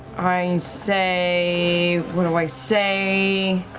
i say, what do i say?